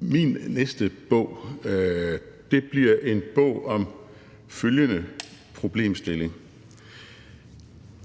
Min næste bog bliver en bog om følgende problemstilling: